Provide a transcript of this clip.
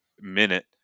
minute